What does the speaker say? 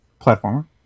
Platformer